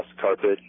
carpet